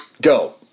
Go